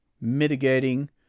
mitigating